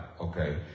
okay